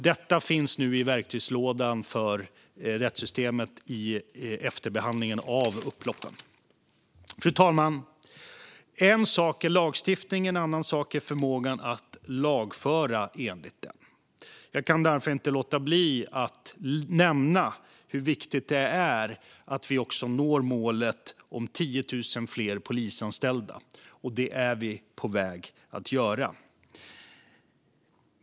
Detta finns nu i verktygslådan för rättssystemet i efterbehandlingen av upploppen. Fru talman! En sak är lagstiftning, och en annan sak är förmågan att lagföra enligt den. Jag kan därför inte låta bli att nämna hur viktigt det är att vi når målet om 10 000 fler polisanställda. Det är vi på väg att göra.